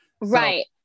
Right